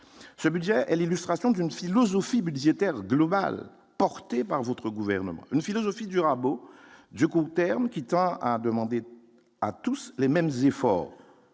ce budget est l'illustration d'une philosophie budgétaire globale portée par votre gouvernement, une philosophie du rabot, du coup, terme quittera a demandé à tous les mêmes efforts